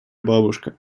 бабушка